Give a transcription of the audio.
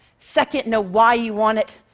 second, know why you want it,